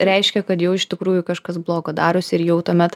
reiškia kad jau iš tikrųjų kažkas blogo darosi ir jau tuomet